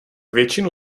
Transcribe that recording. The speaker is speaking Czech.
většinu